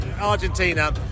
Argentina